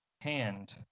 hand